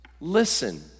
Listen